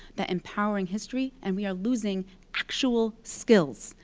that empowering history, and we are losing actual skills.